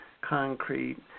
concrete